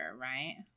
right